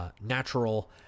natural